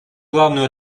главную